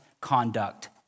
conduct